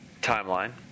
timeline